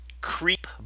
creep